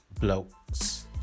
blokes